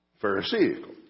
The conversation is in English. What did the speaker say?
pharisaical